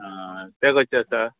आ तें कशें आसा